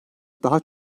daha